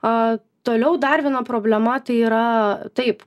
aa toliau dar viena problema tai yra taip